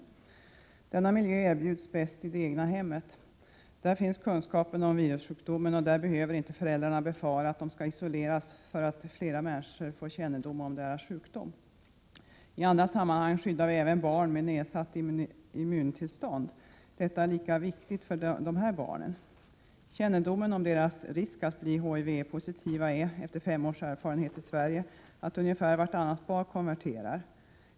Denna miljö erbjuds bäst i det egna hemmet. Där finns kunskapen om virussjukdomen, och där behöver föräldrarna inte befara att de skall isoleras eller att fler människor skall få kännedom om deras sjukdom. I andra sammanhang skyddar vi även barn med nedsatt immunförsvar. Detta är lika viktigt för barn till HIV-positiva mödrar. Vad man känner till om risken för att dessa barn skall bli HIV-positiva är, efter fem års erfarenhet i Sverige, att ungefär vartannat barn konverterar.